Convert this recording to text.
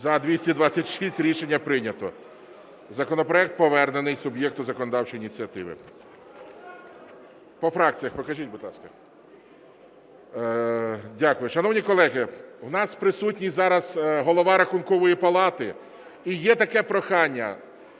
За-226 Рішення прийнято. Законопроект повернений суб'єкту законодавчої ініціативи. По фракціях покажіть, будь ласка. Дякую. Шановні колеги, у нас присутній зараз Голова Рахункової палати, і є таке прохання: